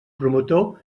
promotor